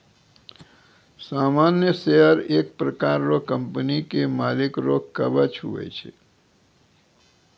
सामान्य शेयर एक प्रकार रो कंपनी के मालिक रो कवच हुवै छै